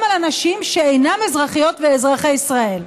גם על אנשים שאינם אזרחיות ואזרחי ישראל,